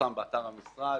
מפורסם באתר המשרד,